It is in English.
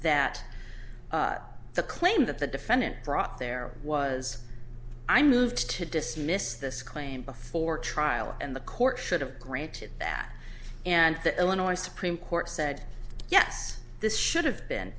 that the claim that the defendant brought there was i moved to dismiss this claim before trial and the court should have granted that and the illinois supreme court said yes this should have been